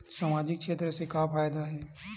सामजिक क्षेत्र से का फ़ायदा हे?